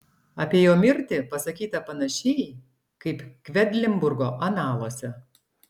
apie jo mirtį pasakyta panašiai kaip kvedlinburgo analuose